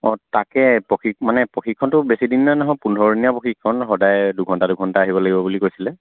অঁ তাকে মানে প্ৰশিক্ষণটো বেছিদিনীয়া নহয় পোন্ধৰদিনীয়া প্ৰশিক্ষণ সদায় দুঘণ্টা দুঘণ্টা আহিব লাগিব বুলি কৈছিলে